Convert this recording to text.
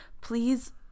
please